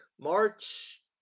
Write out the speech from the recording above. March